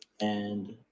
and-